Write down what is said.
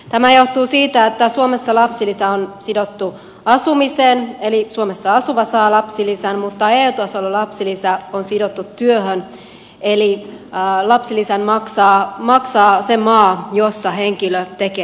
tämä johtuu siitä että suomessa lapsilisä on sidottu asumiseen eli suomessa asuva saa lapsilisän mutta eu tasolla lapsilisä on sidottu työhön eli lapsilisän maksaa se maa jossa henkilö tekee työtä